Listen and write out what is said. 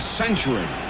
century